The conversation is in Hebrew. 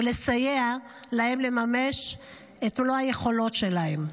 ולסייע להם לממש את מלוא היכולת שלהם.